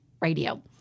radio